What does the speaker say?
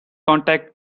contact